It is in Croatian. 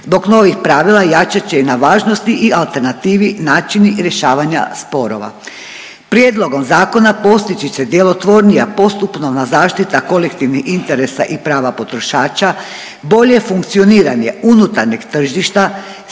Zbog novih pravila, jačat će i na važnosti i alternativi, načini rješavanja sporova. Prijedlogom zakona postići će se djelotvornija postupnovna zaštita kolektivnih interesa i prava potrošača, bolje funkcioniranje unutarnjeg tržišta,